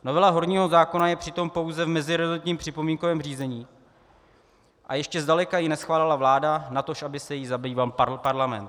Novela horního zákona je přitom pouze v meziresortním připomínkovém řízení a ještě ji zdaleka neschválila vláda, natož aby se jí zabýval parlament.